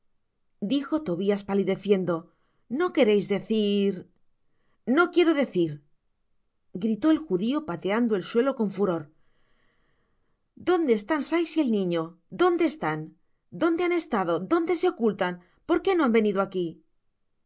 dijo tobias palideciendo no queréis decir no quiero decir gritó el judio pateando el suelo con furor dónde están sikes y el niño dónde están dónde han estado dónde se ocultan por qué no han venido aqui